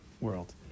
world